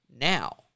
Now